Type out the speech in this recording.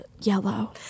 Yellow